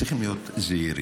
צריכים להיות זהירים.